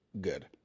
good